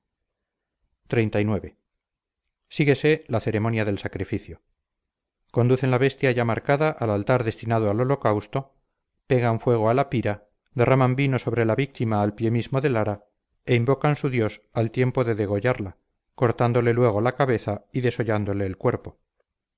xxxix síguese la ceremonia del sacrificio conducen la bestia ya marcada al altar destinado al holocausto pegan fuego a la pira derraman vino sobre la víctima al pie mismo del ara e invocan su dios al tiempo de degollarla cortándole luego la cabeza y desollándole el cuerpo